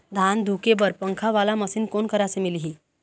धान धुके बर पंखा वाला मशीन कोन करा से मिलही?